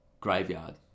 graveyard